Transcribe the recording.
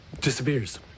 disappears